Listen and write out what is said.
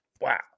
Wow